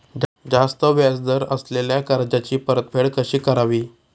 जास्त व्याज दर असलेल्या कर्जाची परतफेड कशी करावी?